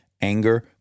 anger